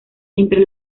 entre